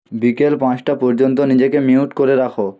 বিকেল পাঁচটা পর্যন্ত নিজেকে মিউট করে রাখো